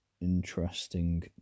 interesting